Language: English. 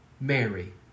Mary